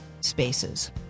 spaces